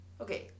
Okay